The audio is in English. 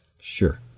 Sure